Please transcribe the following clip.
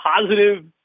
positive